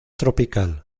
tropical